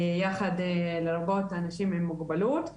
יחד לרבות אנשים עם מוגבלות.